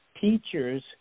teachers